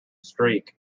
streak